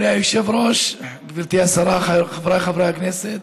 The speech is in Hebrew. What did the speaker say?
אדוני היושב-ראש, גברתי השרה, חבריי חברי הכנסת,